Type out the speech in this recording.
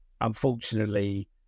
unfortunately